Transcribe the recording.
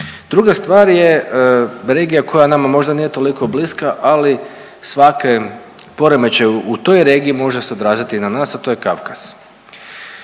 Druga stvar je regija koja nama možda nije toliko bliska, ali svaki poremećaj u toj regiji može se odraziti i na nas, a to je Kavkaz.